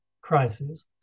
crisis